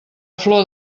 flor